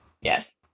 Yes